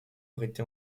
arrêté